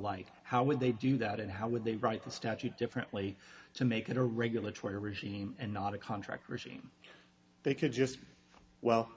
light how would they do that and how would they write the statute differently to make it a regulatory regime and not a contract regime they could just well